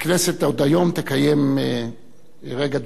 הכנסת עוד היום תקיים רגע דומייה.